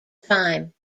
time